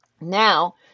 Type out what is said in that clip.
now